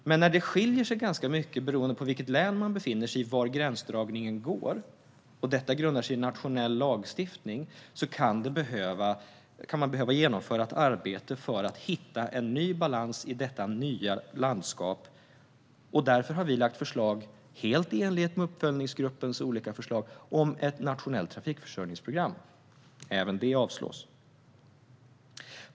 Men när det skiljer sig ganska mycket var gränsdragningen går beroende på vilket län man befinner sig i och detta grundar sig på nationell lagstiftning kan det behöva genomföras ett arbete för att hitta en ny balans i detta nya landskap. Därför har vi lagt fram ett förslag - helt i enlighet med uppföljningsgruppens olika förslag - om ett nationellt trafikförsörjningsprogram. Även det avslås.